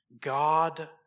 God